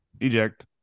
Eject